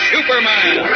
Superman